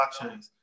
blockchains